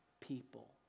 people